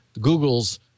Google's